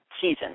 season